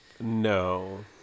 no